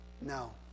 No